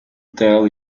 tell